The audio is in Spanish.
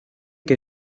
que